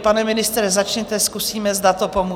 Pane ministře začněte, zkusíme, zda to pomůže.